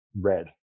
red